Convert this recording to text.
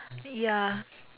ya